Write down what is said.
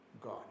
God